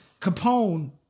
Capone